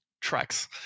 tracks